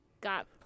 got-